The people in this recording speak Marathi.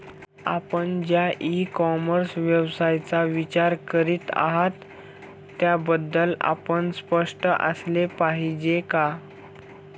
आपण ज्या इ कॉमर्स व्यवसायाचा विचार करीत आहात त्याबद्दल आपण स्पष्ट असले पाहिजे का?